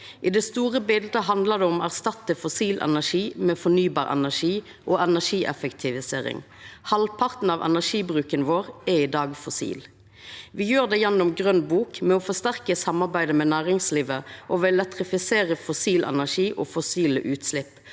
I det store bildet handlar det om å erstatta fossil energi med fornybar energi og energieffektivisering. Halvparten av energibruken vår er i dag fossil. Me gjer det gjennom grøn bok, ved å forsterka samarbeidet med næringslivet og ved å elektrifisera fossil energi og fossile utslepp